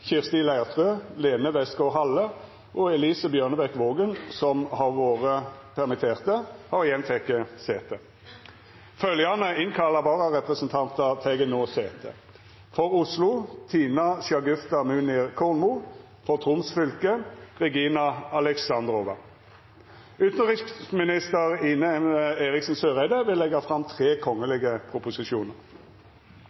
Kirsti Leirtrø , Lene Westgaard-Halle og Elise Bjørnebekk-Waagen , som har vore permitterte, har igjen teke sete. Følgjande innkalla vararepresentantar tek no sete: For Oslo: Tina Shagufta Munir Kornmo For Troms fylke: Regina Alexandrova Representanten Maria Aasen-Svensrud vil setja fram